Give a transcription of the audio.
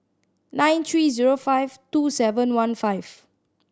nine three zero five two seven one five